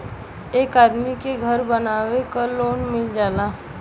एक आदमी के घर बनवावे क लोन मिल जाला